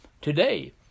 today